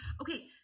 okay